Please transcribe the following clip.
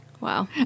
Wow